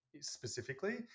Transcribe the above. specifically